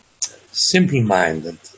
simple-minded